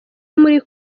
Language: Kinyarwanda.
muri